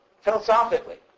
philosophically